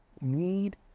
need